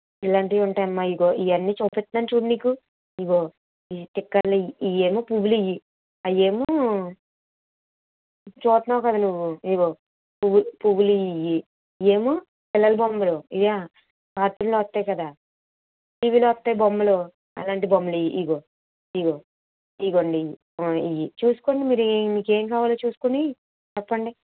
ఇలాంటివి ఉంటాయమ్మ ఇదిగో ఇవన్నీ చూపిస్తున్నాను చూడు నీకు ఇదిగో స్టిక్కర్లు ఇవన్నీ పువ్వులివి అవేమో చూస్తున్నావు కదా నువ్వు ఇదిగో పువ్వు పువ్వులు ఇవి ఇవేమో పిల్లల బొమ్మలు ఇదే కార్టూన్లో వస్తాయి కదా టీవీలో వస్తాయి బొమ్మలు అలాంటి బొమ్మలు ఇవి ఇదిగో ఇదిగో ఇదగోండి ఇది చూసుకోండి ఇవి మీకు ఏం కావాలో చూసుకుని చెప్పండి